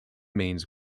means